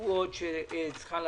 הקבועות של הכנסת.